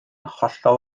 hollol